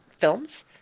films